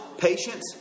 patience